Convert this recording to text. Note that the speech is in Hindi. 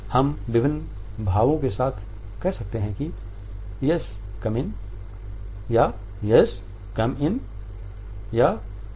हम विभिन्न भावों के साथ कह सकते हैं कि यस कम इन या यस